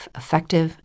effective